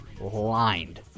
lined